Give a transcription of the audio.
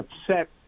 upset